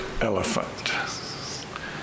elephant